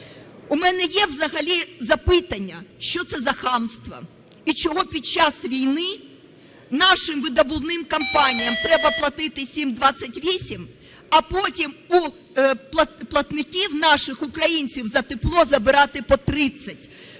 У мене є взагалі запитання: що це за хамство, і чого під час війни нашим видобувним компаніям треба платити 7,28, а потім у платників наших, українців, за тепло забирати по 30?